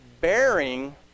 bearing